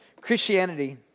Christianity